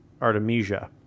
Artemisia